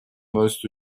наносят